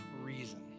reason